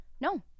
No